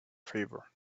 favor